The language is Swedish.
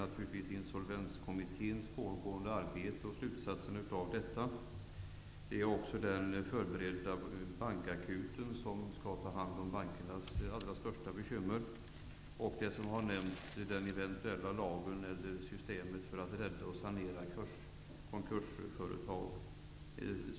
Det är bl.a. Insolvenskommitte ns pågående arbete och förberedelserna för den bankakut som skall ta hand om bankernas allra största bekymmer samt ett eventuellt system för att sanera och rädda konkursföretag.